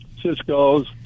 cisco's